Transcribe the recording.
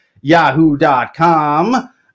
yahoo.com